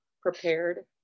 prepared